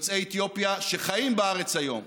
יוצאי אתיופיה שחיים בארץ היום,